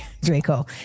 Draco